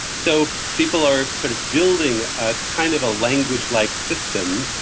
so people are sort of building ah kind of language-like system,